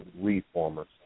reformers